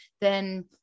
Then-